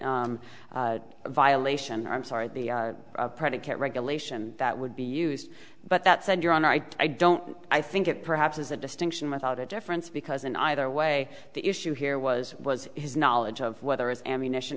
t violation i'm sorry the predicate regulation that would be used but that said your honor i don't i think it perhaps is a distinction without a difference because in either way the issue here was was his knowledge of whether it's ammunition